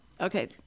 Okay